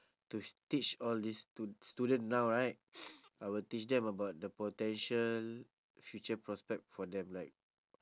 to teach all this stu~ student now right I will teach them about the potential future prospect for them like